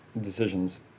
decisions